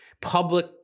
public